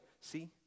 see